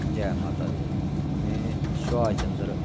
जै माता दी में शभाष चंद्र